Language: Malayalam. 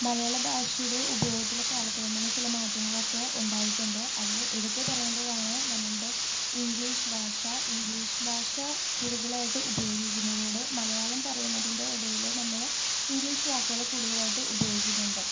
മലയാള ഭാഷയുടെ ഉപയോഗത്തിൽ കാലക്രമേണ ചില മാറ്റങ്ങളൊക്കെ ഉണ്ടായിട്ടുണ്ട് അതിൽ എടുത്തുപറയേണ്ടതാണ് നമ്മുടെ ഇംഗ്ലീഷ് ഭാഷ ഇംഗ്ലീഷ് ഭാഷ കൂടുതലായിട്ട് ഉപയോഗിക്കുന്നതിലൂടെ മലയാളം പറയുന്നതിന്റെ ഇടയിൽ നമ്മൾ ഇംഗ്ലീഷ് വാക്കുകള് കൂടുതലായിട്ട് ഉപയോഗിക്കുന്നുണ്ട്